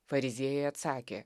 fariziejai atsakė